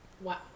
Wow